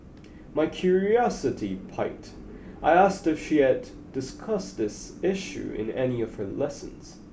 my curiosity piqued I asked if she had discussed this issue in any of her lessons